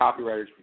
copywriters